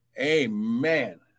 Amen